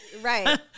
Right